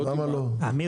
למה לא?